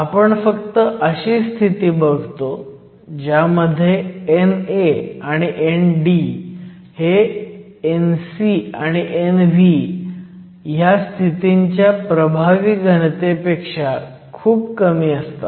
आपण फक्त अशी स्थिती बघतो ज्यामध्ये NA आणि ND हे Nc आणि Nv ह्या स्थितींच्या प्रभावी घनतेपेक्षा खूप कमी असतात